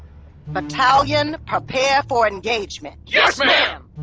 battalion, prepare for engagement! yes, ma'am!